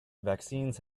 vaccines